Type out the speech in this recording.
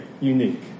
unique